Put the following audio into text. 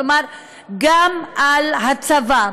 כלומר גם על הצבא,